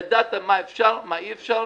ידעת מה אפשר ומה אי אפשר.